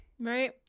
Right